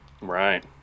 right